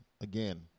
again